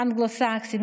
אנגלו-סקסים,